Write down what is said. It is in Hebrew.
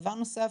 דבר נוסף,